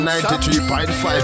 93.5